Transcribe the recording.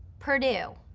purdue,